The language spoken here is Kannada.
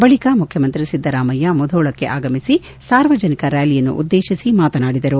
ಬಳಕ ಮುಖ್ಯಮಂತ್ರಿ ಸಿದ್ದರಾಮಯ್ಯ ಮುಧೋಳಕ್ಕೆ ಆಗಮಿಸಿ ಸಾರ್ವಜನಿಕ ರ್ಖಾಲಿಯನ್ನು ಉದ್ದೇಷಿಸಿ ಮಾತನಾಡಿದರು